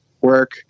Work